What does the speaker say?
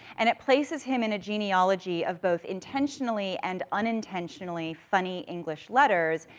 and it places him in a genealogy of both intentionally, and unintentionally funny english letters,